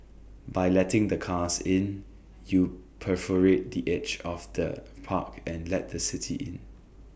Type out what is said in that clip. by letting the cars in you perforate the edge of the park and let the city in